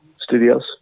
Studios